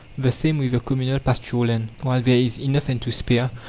the same with the communal pasture land while there is enough and to spare,